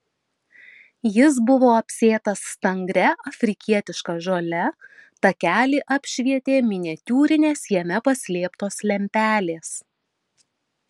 jis buvo apsėtas stangria afrikietiška žole takelį apšvietė miniatiūrinės jame paslėptos lempelės